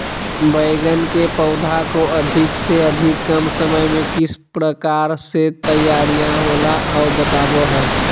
बैगन के पौधा को अधिक से अधिक कम समय में किस प्रकार से तैयारियां होला औ बताबो है?